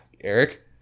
Eric